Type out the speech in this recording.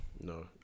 no